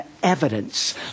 Evidence